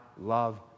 love